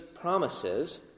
promises